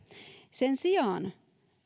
sen sijaan